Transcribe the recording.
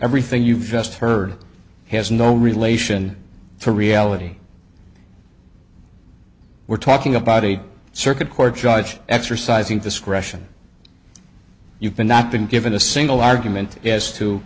everything you've just heard has no relation to reality we're talking about a circuit court judge exercising discretion you've been not been given a single argument as to